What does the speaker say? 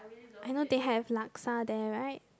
I know they have laksa there right